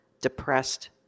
depressed